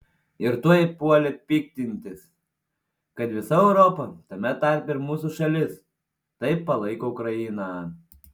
ir tuoj puolė piktintis kad visa europa tame tarpe ir mūsų šalis taip palaiko ukrainą